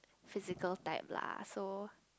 physical type lah so